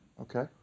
Okay